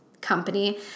company